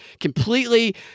Completely